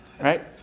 Right